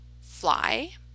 fly